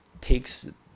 takes